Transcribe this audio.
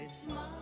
smile